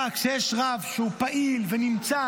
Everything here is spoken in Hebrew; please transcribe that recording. כשיש רב שהוא פעיל ונמצא,